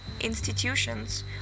institutions